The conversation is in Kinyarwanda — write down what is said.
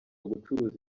gucuruza